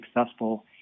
successful